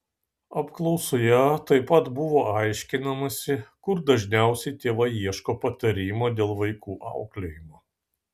apklausoje taip pat buvo aiškinamasi kur dažniausiai tėvai ieško patarimo dėl vaikų auklėjimo